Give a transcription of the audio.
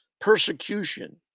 persecution